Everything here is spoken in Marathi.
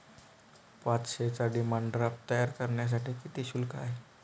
पाचशेचा डिमांड ड्राफ्ट तयार करण्यासाठी किती शुल्क आहे?